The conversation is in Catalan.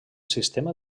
sistema